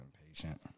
impatient